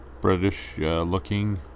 British-looking